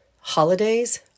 holidays